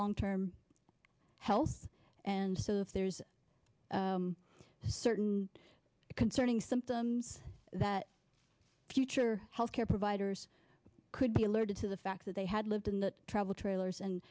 long term health and so if there's a certain concerning symptoms that future health care providers could be alerted to the fact that they had lived in the travel trailers and